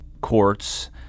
courts